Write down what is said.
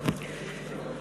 הכנסת)